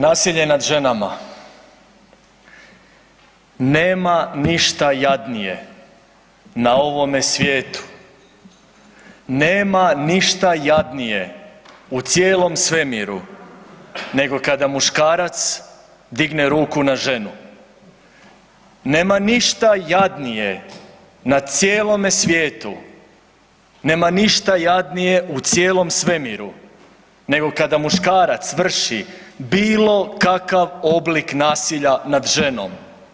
Nasilje nad ženama, nema ništa jadnije na ovome svijetu, nema ništa jadnije u cijelom svemiru nego kada muškarac digne ruku na ženu, nema ništa jadnije na cijelom svijetu, nema ništa jadnije u cijelom svemiru nego kada muškarac vrši bilo kakav oblik nasilja nad ženom.